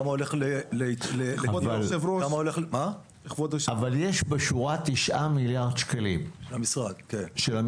כמה הולך ל --- אבל יש בשורה תשעה מיליארד שקלים של המשרד,